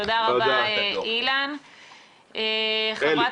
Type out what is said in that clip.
חברת